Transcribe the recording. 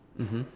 mmhmm